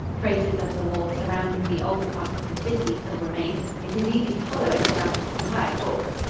traces of the wall surrounding the older part of the city still remain it is easy to follow it throughout its entire course.